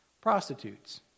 prostitutes